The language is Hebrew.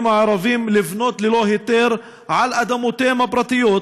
הערבים לבנות ללא היתר על אדמותיהם הפרטיות,